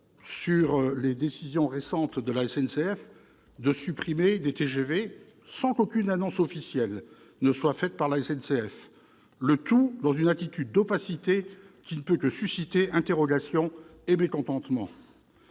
récentes décisions de la SNCF de supprimer des TGV sans aucune annonce officielle préalable, le tout dans une attitude d'opacité qui ne peut que susciter interrogations et mécontentements.